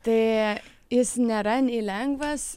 tai jis nėra nei lengvas